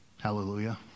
Hallelujah